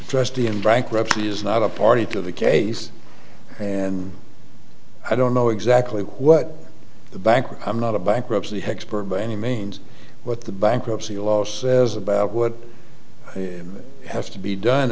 trustee in bankruptcy is not a party to the case and i don't know exactly what the bank i'm not a bankruptcy expert by any means what the bankruptcy law says about what has to be done